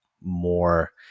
more